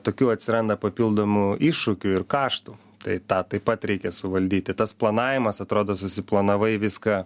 tokių atsiranda papildomų iššūkių ir kaštų tai tą taip pat reikia suvaldyti tas planavimas atrodo susiplanavai viską